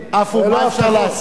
עפו, מה אפשר לעשות?